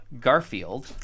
Garfield